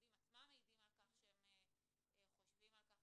שהילדים עצמם מעידים על כך שהם חושבים על כך,